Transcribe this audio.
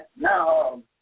Now